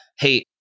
hey